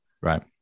Right